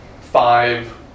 five